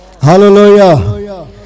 Hallelujah